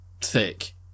thick